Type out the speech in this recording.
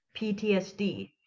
PTSD